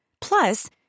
Plus